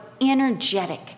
energetic